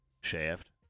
Shaft